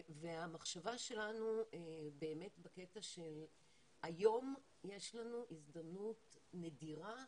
המחשבה שלנו היא שהיום יש לנו הזדמנות נדירה